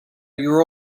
your